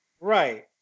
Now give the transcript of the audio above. Right